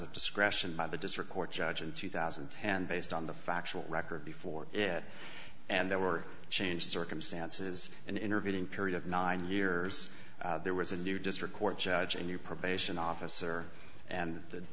of discretion by the district court judge in two thousand and ten based on the factual record before it and there were changed circumstances an intervening period of nine years there was a new district court judge a new probation officer and